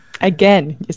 again